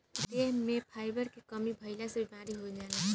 देह में फाइबर के कमी भइला से बीमारी हो जाला